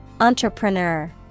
Entrepreneur